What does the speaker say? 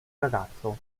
ragazzo